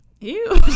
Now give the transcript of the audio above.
Ew